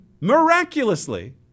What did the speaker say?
miraculously